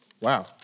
Wow